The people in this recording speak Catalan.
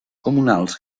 comunals